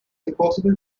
impossible